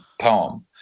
poem